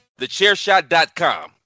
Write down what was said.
TheChairShot.com